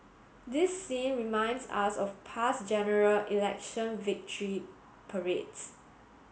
this scene reminds us of past General Election victory parades